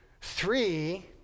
three